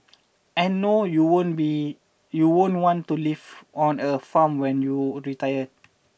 and no you won't be you won't want to live on a farm when you retire